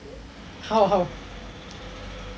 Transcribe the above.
how how